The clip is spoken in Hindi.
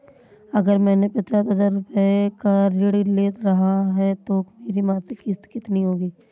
अगर मैंने पचास हज़ार रूपये का ऋण ले रखा है तो मेरी मासिक किश्त कितनी होगी?